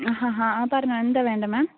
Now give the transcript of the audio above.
ആ ഹാ ഹാ ആ പറഞ്ഞോ എന്താണ് വേണ്ടത് മാം